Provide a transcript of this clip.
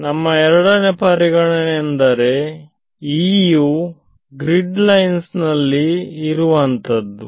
ನಮ್ಮ ಎರಡನೇ ಪರಿಗಣನೆ E ಗ್ರೀಟ್ ಲೈನ್ಸ್ ಇರುವಲ್ಲಿ ಇರುವಂತದ್ದು